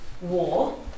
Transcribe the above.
War